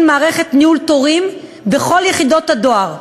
מערכת ניהול תורים בכל יחידות הדואר.